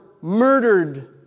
murdered